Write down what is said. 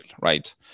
right